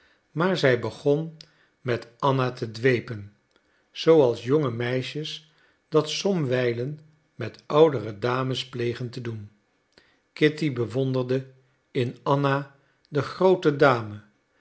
maar zij begon met anna te dwepen zooals jonge meisjes dat somwijlen met oudere dames plegen te doen kitty bewonderde in anna de groote dame